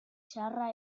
txarra